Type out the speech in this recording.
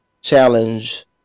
challenge